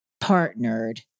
partnered